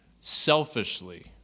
selfishly